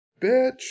Bitch